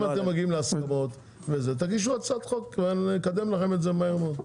אם אתם מגיעים להסכמות תגישו הצעת חוק ונקדם לכם את זה מהר מאוד.